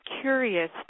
curious